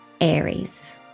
Aries